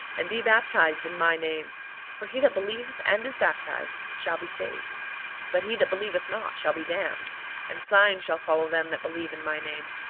and be baptized in my name for he that believeth and is baptized shall be saved but he that believeth not shall be damned and signs shall follow them that believe in my name.